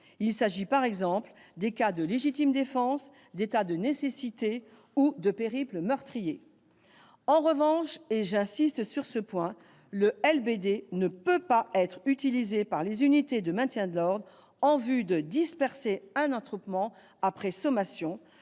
Il s'agit, par exemple, des cas de légitime défense, d'état de nécessité et de périple meurtrier. En revanche, le LBD ne peut pas être utilisé- j'y insiste -par les unités de maintien de l'ordre en vue de disperser un attroupement après sommations.